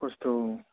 खस्थ' औ